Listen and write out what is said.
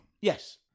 Yes